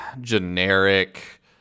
generic